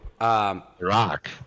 rock